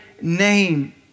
name